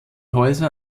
häuser